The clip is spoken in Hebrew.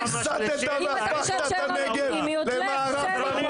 אני קורא אותך לסדר בפעם